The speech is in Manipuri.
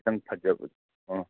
ꯈꯤꯇꯪ ꯐꯖꯕ ꯑꯥ